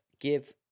give